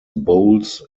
bowls